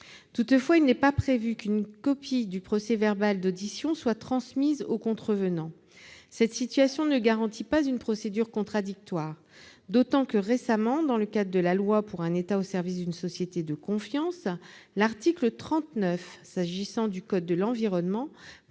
Toutefois, il n'est pas prévu qu'une copie du procès-verbal d'audition soit transmise au contrevenant. Cette situation ne garantit pas une procédure contradictoire, d'autant que, récemment, la loi pour un État au service d'une société de confiance, dans son article 39, a modifié le code de l'environnement